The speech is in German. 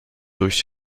durch